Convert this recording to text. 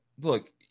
look